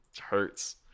hurts